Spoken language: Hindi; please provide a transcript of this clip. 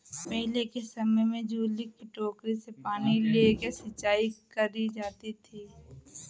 पहले के समय में झूले की टोकरी से पानी लेके सिंचाई करी जाती थी